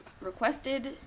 requested